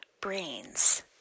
brains